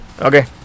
Okay